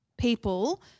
people